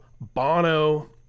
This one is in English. Bono